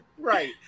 right